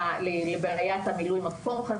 א׳,